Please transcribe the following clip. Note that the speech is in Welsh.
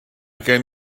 gen